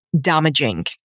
damaging